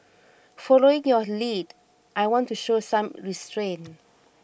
following your lead I want to show some restraint